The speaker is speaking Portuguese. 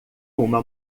uma